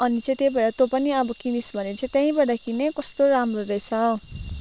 अनि चाहिँ त्यही भएर तँ पनि अब किनिस् भने चाहिँ त्यहीबाट किन है कस्तो राम्रो रहेछ